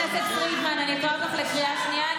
פרידמן, אני אקרא אותך בקריאה שנייה.